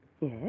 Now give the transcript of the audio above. Yes